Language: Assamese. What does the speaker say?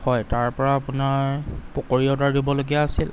হয় তাৰপৰা আপোনাৰ পকৰী অৰ্ডাৰ দিবলগীয়া আছিল